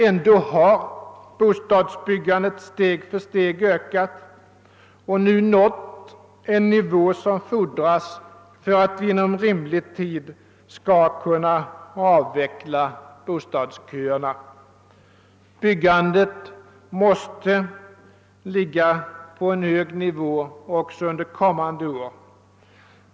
Ändå har bostadsbyggandet steg för steg ökat och nu nått en nivå som fordras för att vi inom rimlig tid skall kunna avveckla bostadsköerna. Byggandet måste ligga på en hög nivå också under kommande år.